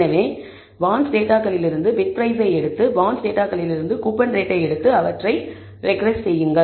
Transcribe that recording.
எனவே பாண்ட்ஸ் டேட்டாகளிலிருந்து பிட் பிரைஸை எடுத்து பாண்ட்ஸ் டேட்டாகளிலிருந்து கூப்பன் ரேட்டை எடுத்து அவற்றை ரெக்ரெஸ் செய்யுங்கள்